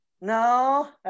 No